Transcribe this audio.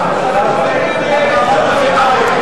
היושב-ראש, אדוני הבטיח להוריד מסים,